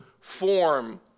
form